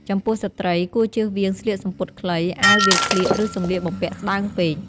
ចំពោះស្ត្រីគួរជៀសវាងស្លៀកសំពត់ខ្លី អាវវាលក្លៀក ឬសម្លៀកបំពាក់ស្តើងពេក។